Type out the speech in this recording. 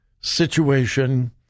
situation